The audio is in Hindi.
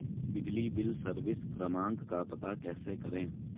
बिजली बिल सर्विस क्रमांक का पता कैसे करें?